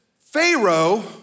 Pharaoh